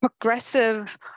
progressive